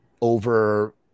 over